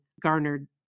garnered